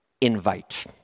invite